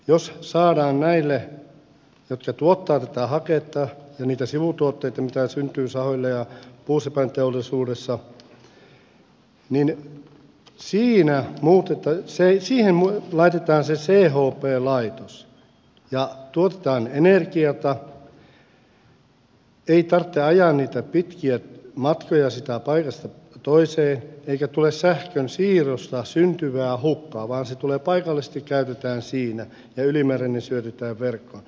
jos saadaan niille jotka tuottavat tätä haketta ja niitä sivutuotteita mitä syntyy sahoille ja puusepänteollisuudessa se oli siihen munat laitetaan syssyyn chp laitos ja tuotetaan energiaa ei tarvitse ajaa niitä pitkiä matkoja paikasta toiseen eikä tule sähkönsiirrosta syntyvää hukkaa vaan se paikallisesti käytetään siinä ja ylimääräinen syötetään verkkoon